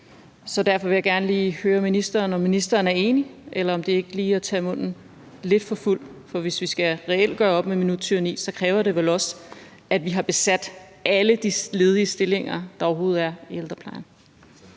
Så derfor vil jeg gerne lige høre ministeren, om ministeren er enig, eller om det ikke lige er at tage munden lidt for fuld, for hvis vi reelt skal gøre op med minuttyranni, kræver det vel også, at vi har besat alle de ledige stillinger, der overhovedet er i ældreplejen.